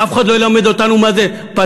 אף אחד לא ילמד אותנו מה זה פטריוטיזם,